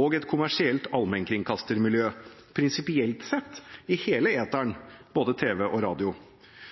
og et kommersielt allmennkringkastermiljø – prinsipielt sett i hele eteren, både tv og radio.